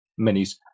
minis